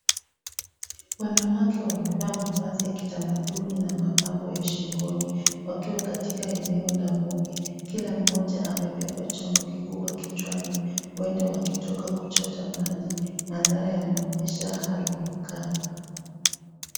Wanawake wamevaa mavazi ya kitamaduni na mapambo ya shingoni wakiwa katika eneo la vumbi kila mmoja amebeba chombo kikubwa kichwani huenda wakitoka kuchota maji , mandhara yanaonyesha hali ya ukame.